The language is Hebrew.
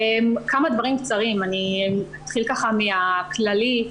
אני אומר כמה דברים קצרים ואתחיל מנושא כללי.